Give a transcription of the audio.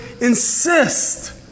insist